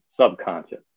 subconscious